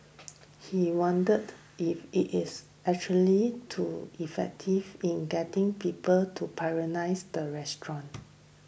he wondered if it is actually to effective in getting people to the restaurant